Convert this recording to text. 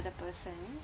other person